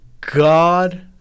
God